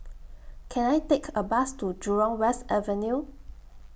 Can I Take A Bus to Jurong West Avenue